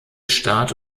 start